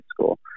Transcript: school